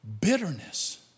bitterness